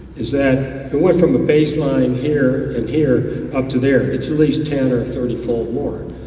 is that it went from a baseline here and here, up to there. it's at least ten or thirty fold more.